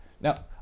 Now